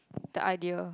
the idea